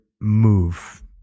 move